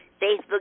Facebook